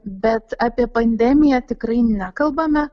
bet apie pandemiją tikrai nekalbame